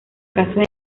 casos